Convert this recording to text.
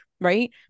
Right